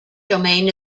domain